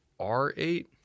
R8